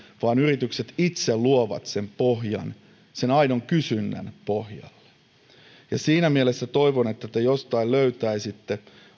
vaan yritykset itse luovat sen pohjan aidon kysynnän pohjan siinä mielessä toivon että te jostain löytäisitte